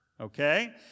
okay